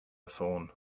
thorn